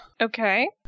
okay